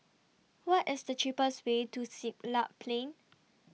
What IS The cheapest Way to Siglap Plain